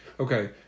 Okay